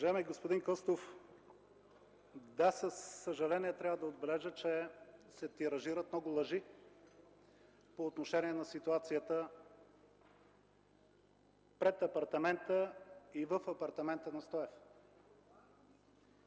Уважаеми господин Костов, да, със съжаление трябва да отбележа, че се тиражират много лъжи по отношение на ситуацията пред апартамента и в апартамента на Стоев